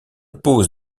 pose